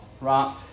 right